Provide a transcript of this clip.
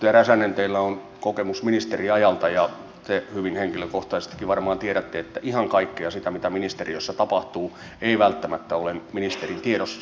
edustaja räsänen teillä on kokemus ministeriajalta ja te hyvin henkilökohtaisestikin varmaan tiedätte että ihan kaikkea sitä mitä ministeriössä tapahtuu ei välttämättä ole nyt ministerin tiedossa